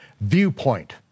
viewpoint